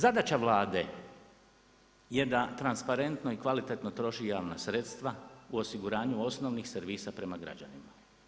Zadaća Vlade je da transparentno i kvalitetno troši javna sredstva u osiguranju osnovnih servisa prema građanima.